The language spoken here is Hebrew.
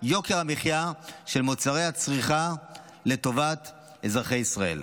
יוקר המחיה של מוצרי הצריכה לטובת אזרחי ישראל.